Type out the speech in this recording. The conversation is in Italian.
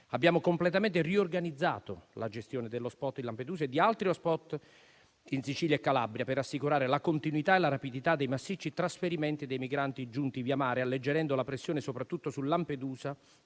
Abbiamo completamente riorganizzato la gestione dell'*hotspot* di Lampedusa e di altri *hotspot* in Sicilia e Calabria, per assicurare la continuità e la rapidità dei massicci trasferimenti dei migranti giunti via mare, alleggerendo la pressione soprattutto su Lampedusa,